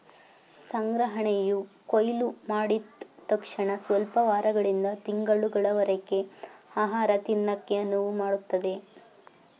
ಸಂಗ್ರಹಣೆಯು ಕೊಯ್ಲುಮಾಡಿದ್ ತಕ್ಷಣಸ್ವಲ್ಪ ವಾರಗಳಿಂದ ತಿಂಗಳುಗಳವರರ್ಗೆ ಆಹಾರನ ತಿನ್ನಕೆ ಅನುವುಮಾಡ್ತದೆ